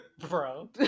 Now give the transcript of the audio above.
Bro